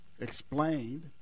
explained